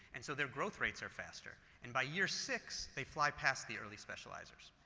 and so their growth rates are faster and by year six, they fly passed the early specializers.